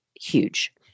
huge